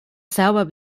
selber